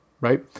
Right